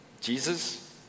Jesus